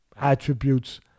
attributes